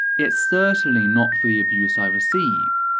it's certainly not for the abuse i receive.